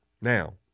Now